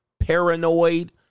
Paranoid